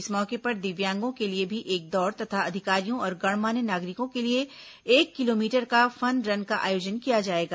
इस मौके पर दिव्यांगों के लिए भी एक दौड़ तथा अधिकारियों और गणमान्य नागरिकों के लिए एक किलोमीटर का फन रन का आयोजन किया जाएगा